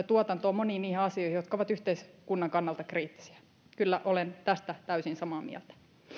tuotantoa moniin niihin asioihin jotka ovat yhteiskunnan kannalta kriittisiä kyllä olen tästä täysin samaa mieltä